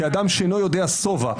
כאדם שאינו יודע שובע,